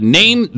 name